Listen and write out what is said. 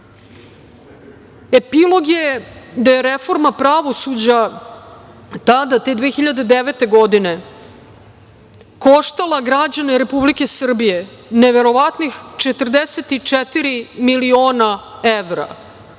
Epilog je da je reforma pravosuđa, tada te 2009. godine koštala građane Republike Srbije neverovatnih 44 miliona evra